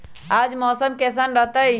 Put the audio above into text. आज मौसम किसान रहतै?